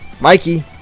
Mikey